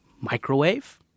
Microwave